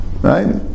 Right